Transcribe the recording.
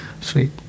sweet